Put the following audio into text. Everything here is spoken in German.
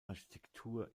architektur